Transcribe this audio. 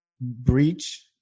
breach